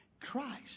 Christ